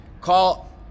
call